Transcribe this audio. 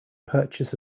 purchase